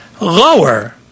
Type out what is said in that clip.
lower